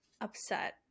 upset